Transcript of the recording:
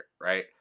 right